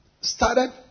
started